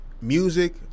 music